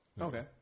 Okay